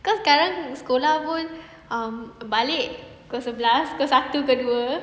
kau sekarang sekolah pun um balik pukul sebelas pukul satu pukul dua